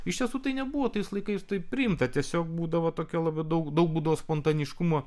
iš tiesų tai nebuvo tais laikais taip priimta tiesiog būdavo tokia labai daug daug būdavo spontaniškumo